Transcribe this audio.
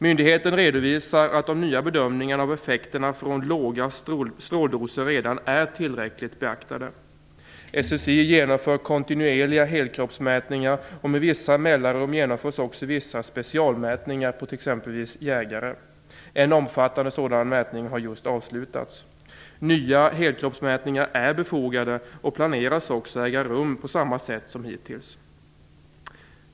Myndigheten redovisar att de nya bedömningarna av effekterna från låga stråldoser redan är tillräckligt beaktade. SSI genomför kontinuerligt helkroppsmätningar, och med vissa mellanrum genomförs också vissa specialmätningar exempelvis på jägare. En omfattande sådan mätning har just avslutats. Nya helkroppsmätningar är befogade och planeras också äga rum på samma sätt som hittills.